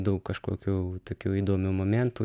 daug kažkokių tokių įdomių momentų